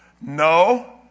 No